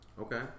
Okay